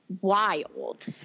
wild